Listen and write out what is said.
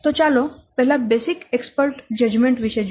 ચાલો પહેલા basic expert judgment વિષે જોઈએ